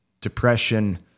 depression